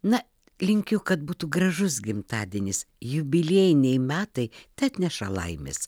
na linkiu kad būtų gražus gimtadienis jubiliejiniai metai teatneša laimės